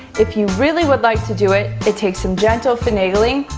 if you really would like to do it, it takes some gentle finagling.